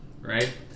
right